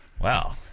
Wow